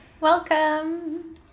Welcome